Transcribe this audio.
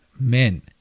men